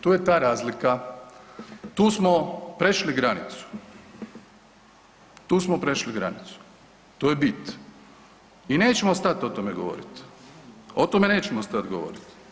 Tu je ta razlika, tu smo prešli granicu, tu smo prešli granicu, to je bit i nećemo stat o tome govorit, o tome nećemo stat govorit.